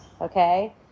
Okay